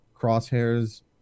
crosshairs